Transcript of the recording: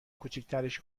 کوچیکترش